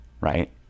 Right